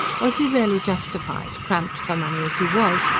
was he really justified, cramped for money as he was,